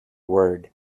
word